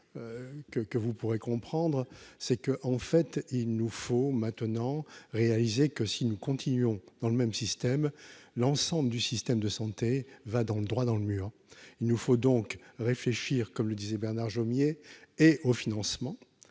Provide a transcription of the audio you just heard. que vous pourrez comprendre c'est que en fait il nous faut maintenant réaliser que si nous continuons dans le même système, l'ensemble du système de santé va dans le droit dans le mur, il nous faut donc réfléchir, comme le disait Bernard Jomier et au financement